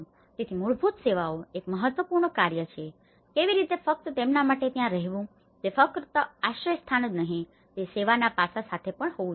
તેથી મૂળભૂત સેવાઓ એ એક મહત્વપૂર્ણ કાર્ય છે કેવી રીતે ફક્ત તેમના માટે ત્યાં રહેવું તે ફક્ત આશ્રયસ્થાન જ નહીં તે સેવાના પાસા સાથે પણ હોવું જોઈએ